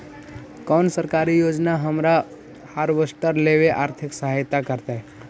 कोन सरकारी योजना हमरा हार्वेस्टर लेवे आर्थिक सहायता करतै?